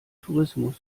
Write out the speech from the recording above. tourismus